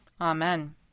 Amen